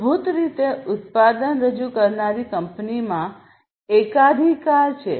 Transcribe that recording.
મૂળભૂત રીતે ઉત્પાદન રજૂ કરનારી કંપનીમાં એકાધિકાર છે